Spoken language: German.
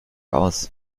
aus